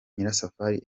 nyirasafari